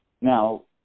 Now